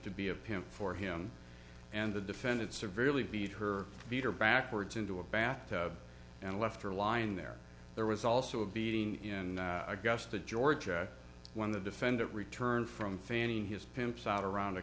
to be of him for him and the defendant severely beat her beater backwards into a bathtub and left her line there there was also a beating in augusta georgia when the defendant returned from fanning his pimp sat around a